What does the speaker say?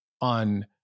on